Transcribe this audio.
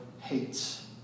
hates